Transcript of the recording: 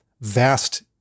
vast